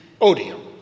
odium